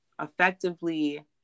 effectively